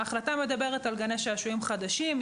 ההחלטה מדברת על גני שעשועים חדשים,